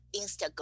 instagram